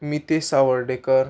Mitesh Sawardekar